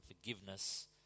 forgiveness